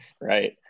right